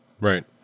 Right